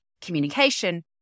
communication